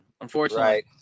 unfortunately